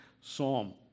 psalm